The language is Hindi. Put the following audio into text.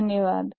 धन्यवाद